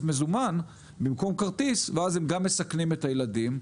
מזומן במקום כרטיס ואז הם גם מסכנים את הילדים,